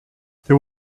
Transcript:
there